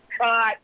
Cut